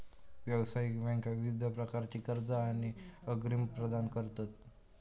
व्यावसायिक बँका विविध प्रकारची कर्जा आणि अग्रिम प्रदान करतत